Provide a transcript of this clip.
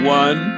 one